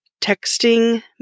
texting